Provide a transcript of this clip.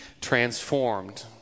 transformed